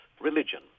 religion